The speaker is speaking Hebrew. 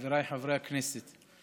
חבריי חברי הכנסת,